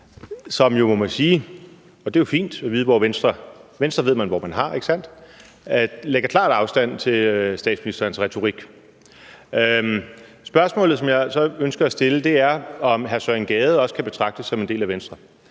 klart afstand – og det er fint at vide; Venstre ved man hvor man har, ikke sandt? – til statsministerens retorik. Spørgsmålet, som jeg så ønsker at stille, er, om hr. Søren Gade også kan betragtes som en del af Venstre.